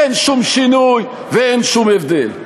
אין שום שינוי ואין שום הבדל.